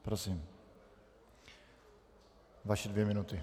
Prosím, vaše dvě minuty.